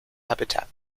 habitat